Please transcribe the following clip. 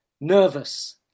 Nervous